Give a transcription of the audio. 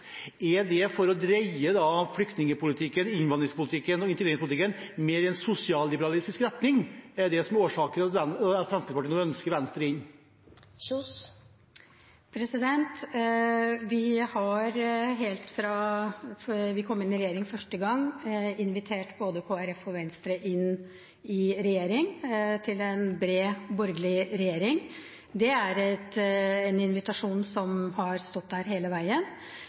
Er det for å dreie flyktningpolitikken, innvandringspolitikken og integreringspolitikken i en mer sosialliberalistisk retning? Er det årsaken til at Fremskrittspartiet nå ønsker å få Venstre inn? Vi har helt fra vi kom i regjering første gang, invitert både Kristelig Folkeparti og Venstre inn i regjering, til dannelsen av en bred borgerlig regjering. Det er en invitasjon som har stått der hele veien,